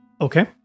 Okay